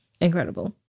Incredible